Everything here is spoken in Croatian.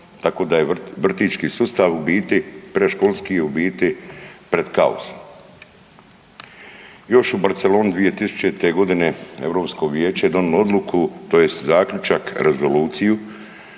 tako da je vrtićki sustav u biti, predškolski u biti pred kaosom. Još u Barceloni 2000. godine Europsko vijeće je donijelo odluku tj. zaključak, rezoluciju